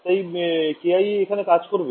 তাই kie এখানে কাজ করবে